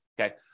Okay